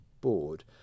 board